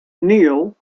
neill